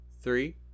Three